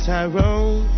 Tyrone